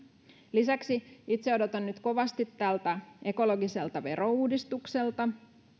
lisäksi itse odotan nyt kovasti tältä ekologiselta verouudistukselta